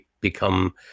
become